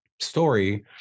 story